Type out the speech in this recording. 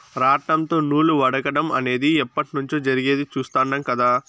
రాట్నంతో నూలు వడకటం అనేది ఎప్పట్నుంచో జరిగేది చుస్తాండం కదా